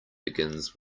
begins